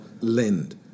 lend